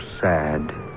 sad